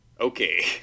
okay